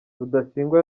rudasingwa